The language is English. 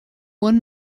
one